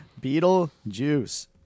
Beetlejuice